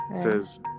says